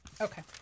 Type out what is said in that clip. Okay